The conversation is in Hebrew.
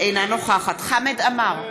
אינה נוכחת חמד עמאר,